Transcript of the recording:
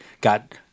got